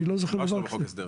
אני לא זוכר דבר כזה.